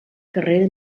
carrera